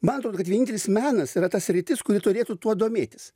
man atrodo kad vienintelis menas yra ta sritis kuri turėtų tuo domėtis